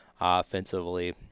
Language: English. offensively